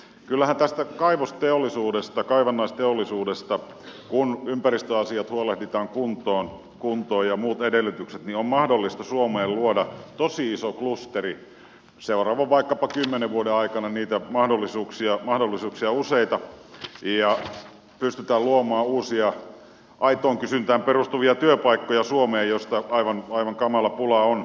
kyllähän tästä kaivosteollisuudesta kaivannaisteollisuudesta kun ympäristöasiat ja muut edellytykset huolehditaan kuntoon on mahdollista suomeen luoda tosi iso klusteri vaikkapa seuraavien kymmenen vuoden aikana niitä mahdollisuuksia on useita ja pystytään luomaan uusia aitoon kysyntään perustuvia työpaikkoja suomeen joista aivan kamala pula on